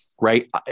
right